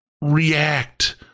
react